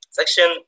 section